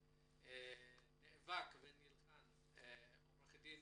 נאבק ונלחם 40 שנה, עו"ד פרופ'